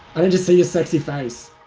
and just see your sexy face.